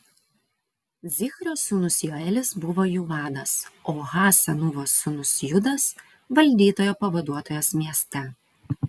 zichrio sūnus joelis buvo jų vadas o ha senūvos sūnus judas valdytojo pavaduotojas mieste